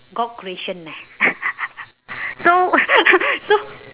god creation leh so so